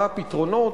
מה הפתרונות,